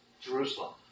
Jerusalem